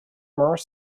more